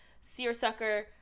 seersucker